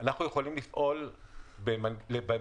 אני רוצה להציע שתוסיפו באוטובוסים,